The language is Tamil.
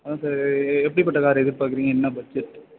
அதுதான் சார் எப்படி பட்ட கார் எதிர்பார்க்கறிங்க என்ன பட்ஜெட்